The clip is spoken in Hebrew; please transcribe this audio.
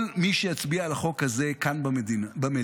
כל מי שיצביע לחוק הזה כאן במליאה